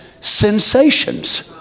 sensations